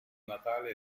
natale